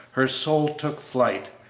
her soul took flight,